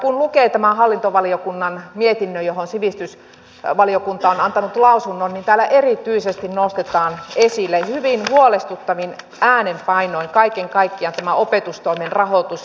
kun lukee tämän hallintovaliokunnan mietinnön johon sivistysvaliokunta on antanut lausunnon niin täällä erityisesti nostetaan esille hyvin huolestuttavin äänenpainoin kaiken kaikkiaan tämä opetustoimen rahoitus